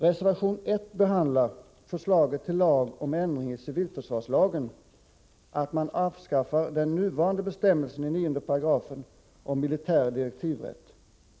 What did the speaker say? Reservation 1 handlar om förslaget till lag om ändring i civilförsvarslagen, nämligen att man avskaffar den nuvarande bestämmelsen i 9 § om militär direktivrätt.